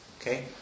Okay